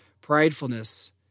pridefulness